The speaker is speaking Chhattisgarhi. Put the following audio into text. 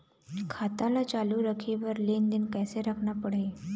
खाता ला चालू रखे बर लेनदेन कैसे रखना पड़ही?